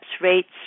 rates